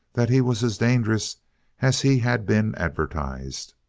that he was as dangerous as he had been advertised.